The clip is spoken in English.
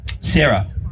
Sarah